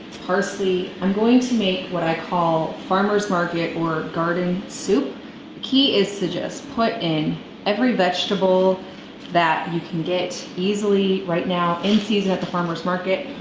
parsley. i'm going to make what i call farmer's market or garden soup. the key is to just put in every vegetable that you can get easily right now in season at the farmer's market.